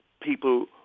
people